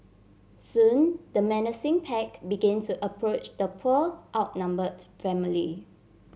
soon the menacing pack begin to approach the poor outnumbered family